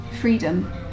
freedom